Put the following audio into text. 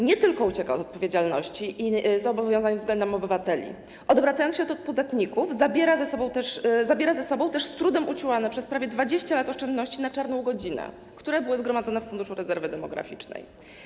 Nie tylko ucieka od odpowiedzialności i zobowiązań względem obywateli - odwracając się od podatników, zabiera ze sobą też z trudem uciułane przez prawie 20 lat oszczędności na czarną godzinę, które były zgromadzone w Funduszu Rezerwy Demograficznej.